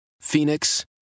Phoenix